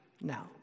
now